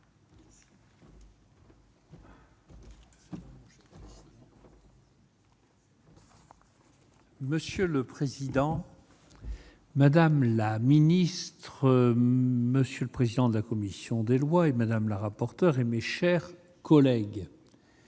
Monsieur le président, madame la ministre, monsieur le président de la commission des lois, et Madame la rapporteure et mes chers collègues,